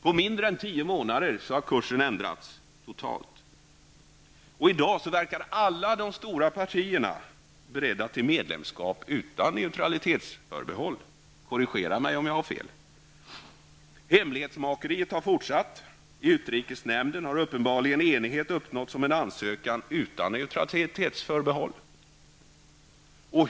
På mindre än tio månader har kursen ändrats totalt. I dag verkar alla de stora partierna vara beredda till medlemskap utan neutralitetsförbehåll. Korrigera mig om jag har fel! Hemlighetsmakeriet har fortsatt. I utrikesnämnden har uppenbarligen enighet uppnåtts om en ansökan utan neutralitetsförbehåll.